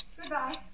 goodbye